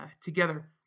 together